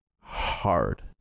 hard